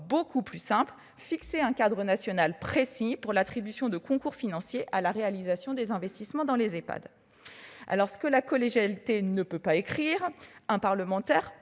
beaucoup plus simplement, fixer un cadre national précis pour l'attribution de concours financiers à la réalisation des investissements dans les Ehpad. Ce que la collégialité ne peut pas écrire, un parlementaire